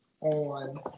on